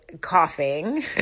coughing